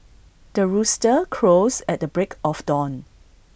the rooster crows at the break of dawn